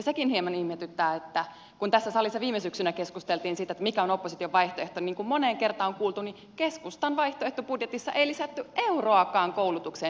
sekin hieman ihmetyttää että kun tässä salissa viime syksynä keskusteltiin siitä mikä on opposition vaihtoehto niin kuin moneen kertaan on kuultu keskustan vaihtoehtobudjetissa ei lisätty euroakaan koulutukseen